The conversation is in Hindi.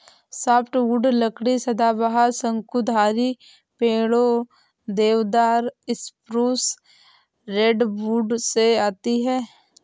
सॉफ्टवुड लकड़ी सदाबहार, शंकुधारी पेड़ों, देवदार, स्प्रूस, रेडवुड से आती है